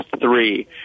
three